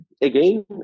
Again